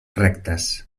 rectes